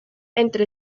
entre